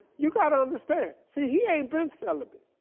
you gotta understand. see, he ain't been celibate.